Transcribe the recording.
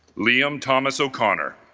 liam thomas o'connor